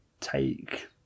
take